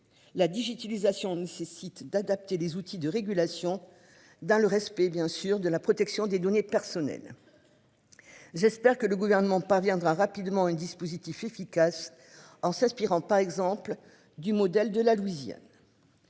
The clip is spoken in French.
La digitalisation nécessite. D'adapter les outils de régulation dans le respect bien sûr de la protection des données personnelles. J'espère que le gouvernement parviendra rapidement un dispositif efficace. En s'inspirant par exemple du modèle de la Louisiane.